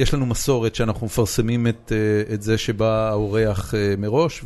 יש לנו מסורת שאנחנו מפרסמים את זה שבא האורח מראש